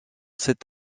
cet